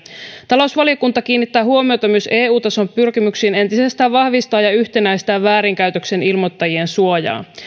talousvaliokunta kiinnittää huomiota myös eu tason pyrkimyksiin entisestään vahvistaa ja yhtenäistää väärinkäytöksen ilmoittajien suojaa